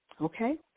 Okay